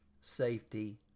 safety